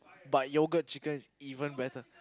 but yogurt chicken is even better